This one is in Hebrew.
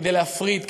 כדי להפריד,